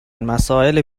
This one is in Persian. مسائل